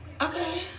okay